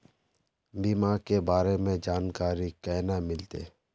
बीमा के बारे में जानकारी केना मिलते?